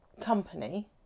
company